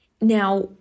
Now